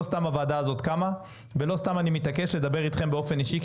לא סתם הוועדה הזאת קמה ולא סתם אני מתעקש לדבר איתכם באופן אישי,